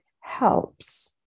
helps